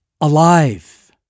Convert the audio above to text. alive